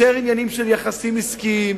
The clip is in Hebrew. יותר עניינים של יחסים עסקיים,